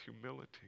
humility